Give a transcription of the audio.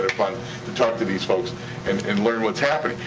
ah fun to talk to these folks and and learn what's happening.